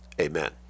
Amen